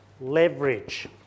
leverage